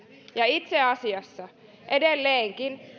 ja itse asiassa edelleenkin